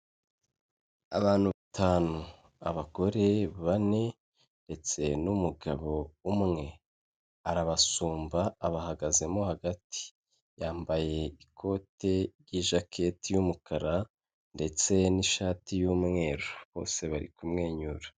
Abantu batanu abagore bane ndetse n'umugabo umwe, arabasumba abahagazemo hagati yambaye ikote ry'ijaketi y'umukara ndetse n'ishati y'umweru bose bari kumwenyura.